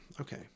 okay